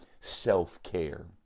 self-care